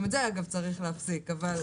גם את זה צריך להפסיק אגב.